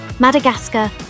Madagascar